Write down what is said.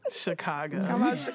Chicago